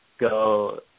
go